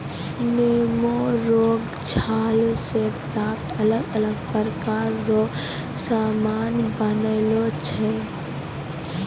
नेमो रो गाछ से प्राप्त अलग अलग प्रकार रो समान बनायलो छै